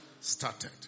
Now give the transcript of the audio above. started